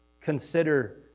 Consider